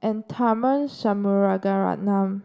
and Tharman Shanmugaratnam